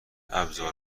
ابزار